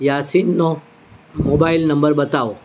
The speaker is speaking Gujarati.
યાસિનનો મોબાઇલ નંબર બતાવો